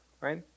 right